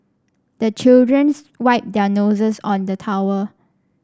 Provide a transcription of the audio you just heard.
the children's wipe their noses on the towel